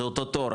זה אותו תור,